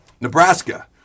Nebraska